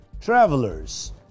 travelers